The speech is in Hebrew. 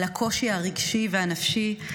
על הקושי הרגשי והנפשי,